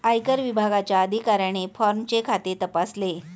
आयकर विभागाच्या अधिकाऱ्याने फॉर्मचे खाते तपासले